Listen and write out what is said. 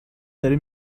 داره